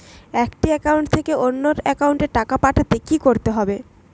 একটি একাউন্ট থেকে অন্য একাউন্টে টাকা পাঠাতে কি করতে হবে?